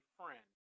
friend